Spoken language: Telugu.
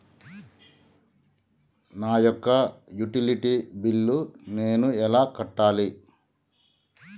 నా యొక్క యుటిలిటీ బిల్లు నేను ఎలా కట్టాలి?